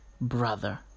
brother